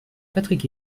patrick